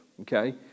Okay